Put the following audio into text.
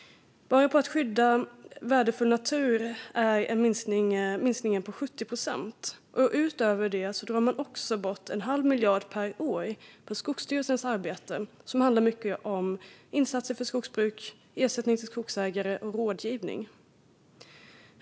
Bara för skyddet av värdefull natur är minskningen 70 procent. Utöver det drar man också bort en halv miljard per år från Skogsstyrelsens arbete, som i mycket handlar om insatser för skogsbruk, ersättning till skogsägare och rådgivning.